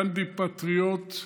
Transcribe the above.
גנדי פטריוט,